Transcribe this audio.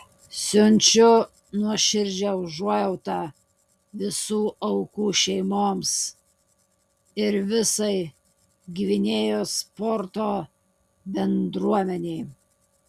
siunčiu nuoširdžią užuojautą visų aukų šeimoms ir visai gvinėjos sporto bendruomenei